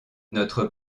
notre